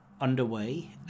underway